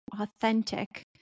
authentic